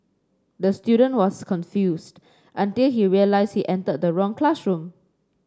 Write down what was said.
the student was confused until he realised he entered the wrong classroom